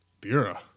Bureau